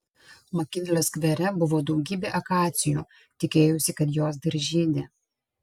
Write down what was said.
makinlio skvere buvo daugybė akacijų tikėjausi kad jos dar žydi